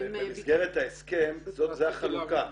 במסגרת ההסכם זה החלוקה.